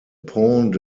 pont